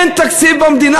אין תקציב במדינה,